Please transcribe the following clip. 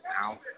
Now